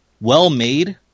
well-made